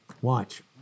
Watch